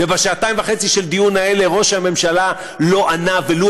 ובשעתיים וחצי האלה של דיון ראש הממשלה לא ענה ולו